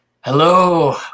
Hello